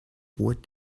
what